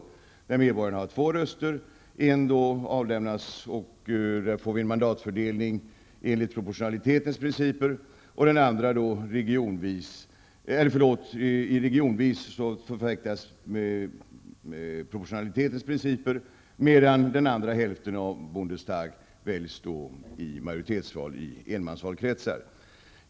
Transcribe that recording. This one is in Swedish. Där har medborgarna två röster. En lämnas regionvis, där proportionalitet tillämpas, medan den andra används för enmansvalkretsar till den andra hälften av Bundestag.